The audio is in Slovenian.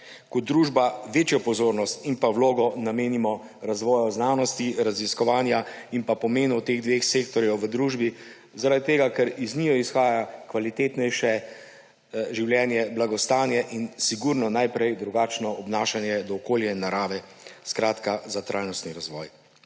kot družba večjo pozornost in pa vlogo namenimo razvoju znanosti, raziskovanju in pomenu teh dveh sektorjev v družbi zaradi tega, ker iz njiju izhaja kvalitetnejše življenje, blagostanje in sigurno najprej drugačno obnašanje do okolja in narave; skratka za trajnostni razvoj.